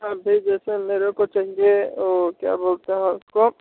अभी जैसे मेरे को चाहिए वो क्या बोलते हैं उसको